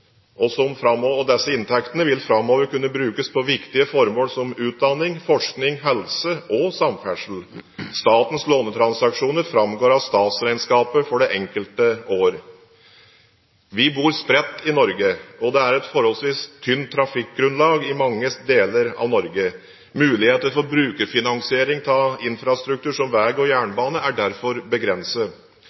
Disse inntektene vil framover kunne brukes på viktige formål som utdanning, forskning, helse og samferdsel. Statens lånetransaksjoner framgår av statsregnskapet for det enkelte år. Vi bor spredt i Norge, og det er et forholdsvis tynt trafikkgrunnlag i mange deler av landet. Muligheter for brukerfinansiering av infrastruktur som veg og jernbane er derfor begrenset.